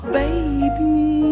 baby